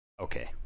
Okay